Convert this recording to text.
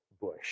bush